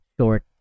short